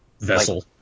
vessel